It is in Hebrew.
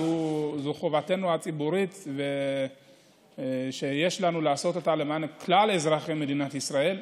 זו חובה הציבורית שעלינו לעשות למען כלל אזרחי מדינת ישראל.